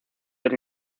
del